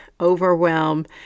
overwhelm